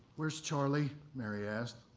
where's charlie? mary asked.